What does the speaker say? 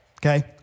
Okay